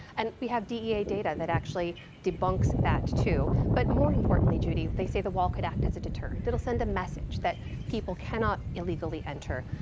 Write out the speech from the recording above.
and we have dea data that actually debunks that too. but, more importantly, judy, they say the wall could act as a deterrent, it'll send a message that people cannot illegally enter.